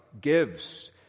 gives